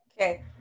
Okay